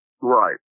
Right